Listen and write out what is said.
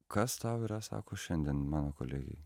kas tau yra sako šiandien mano kolegei